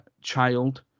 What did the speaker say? child